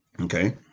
Okay